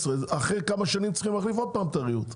אחרי כמה שנים הם צריכים להחליף עוד הפעם את הריהוט.